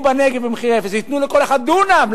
בנגב במחירי אפס וייתנו לכל אחד דונם,